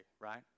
right